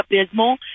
abysmal